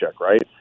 right